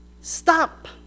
stop